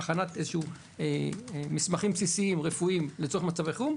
הכנת מסמכים בסיסיים רפואיים לצורך מצבי חירום,